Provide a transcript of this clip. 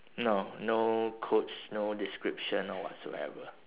no no quotes no description or whatsoever